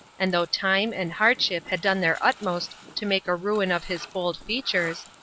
and though time and hardship had done their utmost to make a ruin of his bold features,